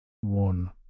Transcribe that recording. One